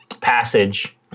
passage